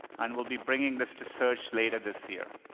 and we'll be bringing this to search later this year.